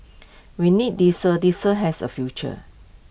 we need diesel diesel has A future